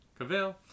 Cavill